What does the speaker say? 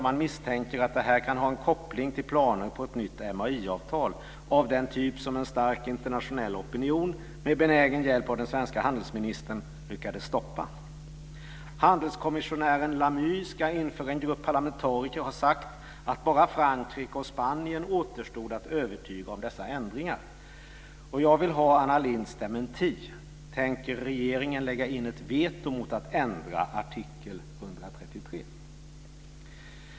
Man misstänker att det här kan ha en koppling till planer på ett nytt MAI-avtal av den typ som en stark internationell opinion med benägen hjälp av den svenska handelsministern lyckades stoppa. Handelskommissionären Lamy ska inför en grupp parlamentariker ha sagt: Bara Frankrike och Spanien återstod att övertyga om dessa ändringar. Jag vill ha Anna Lindhs dementi. Tänker regeringen lägga in ett veto mot en ändring av artikel 133?